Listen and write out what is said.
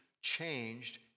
changed